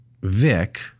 Vic